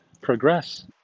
progress